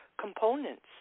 components